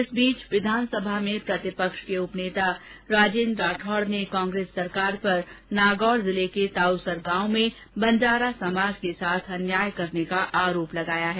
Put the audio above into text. इस बीच विधानसभा में प्रतिपक्ष के उप नेता राजेन्द्र राठौड़ ने कांग्रेस सरकार पर नागौर जिले के ताऊसर गाँव में बंजारा समाज के साथ अन्याय करने का आरोप लगाया है